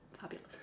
Fabulous